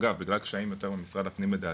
אגב בגלל קשיים יותר ממשרד הפנים לדעתי,